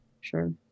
Sure